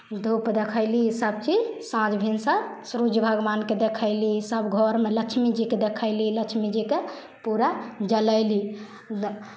धूप देखयली सभचीज साँझ भिनसर सुरुज भगवानकेँ देखयली सभघरमे लक्ष्मीजीकेँ देखयली लक्ष्मीजीके पूरा जरयली द्